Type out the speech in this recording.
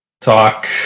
talk